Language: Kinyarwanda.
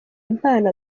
impano